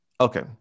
Okay